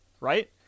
right